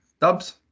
Dubs